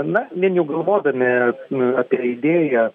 na vien jau galvodami apie idėją